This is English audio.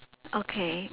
okay